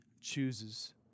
chooses